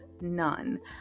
none